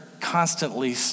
constantly